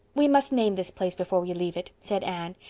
we must name this place before we leave it, said anne,